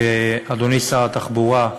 אדוני שר התחבורה,